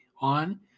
on